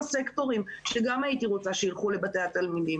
סקטורים שגם הייתי רוצה שיילכו לבתי התלמידים